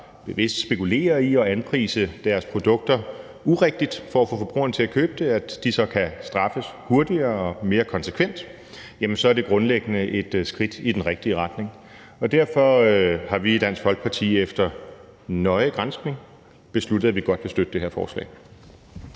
der bevidst spekulerer i at anprise deres produkter urigtigt for at få forbrugerne til at købe dem, kan straffes hurtigere og mere konsekvent, så er det grundlæggende et skridt i den rigtige retning. Derfor har vi i Dansk Folkeparti efter nøje granskning besluttet, at vi godt vil støtte det her forslag.